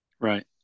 Right